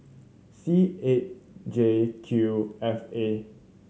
C eight J Q F A